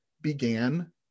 began